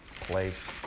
place